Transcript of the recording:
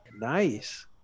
Nice